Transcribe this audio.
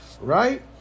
right